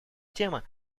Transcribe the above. тема